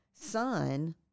son